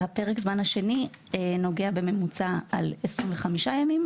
הפרק הזמן השני נוגע בממוצע ב-25 ימים,